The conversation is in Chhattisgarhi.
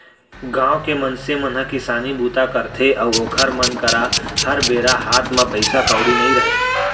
गाँव के मनसे मन ह किसानी बूता करथे अउ ओखर मन करा हर बेरा हात म पइसा कउड़ी नइ रहय